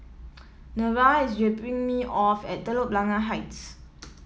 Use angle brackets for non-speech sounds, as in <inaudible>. <noise> Nevaeh is dropping me off at Telok Blangah Heights <noise>